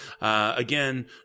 Again